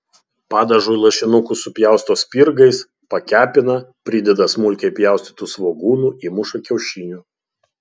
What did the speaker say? padažui lašinukus supjausto spirgais pakepina prideda smulkiai pjaustytų svogūnų įmuša kiaušinių